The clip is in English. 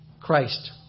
Christ